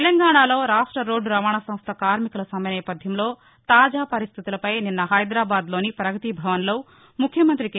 తెలంగాణాలో రాష్ట్ర రోడ్దు రవాణా సంస్ద కార్మికుల సమ్మె నేపధ్యంలో తాజా పరిస్దితులపై నిన్న హైదరాబాద్ లోని ప్రగతిభవన్లో ముఖ్యమంత్రి కె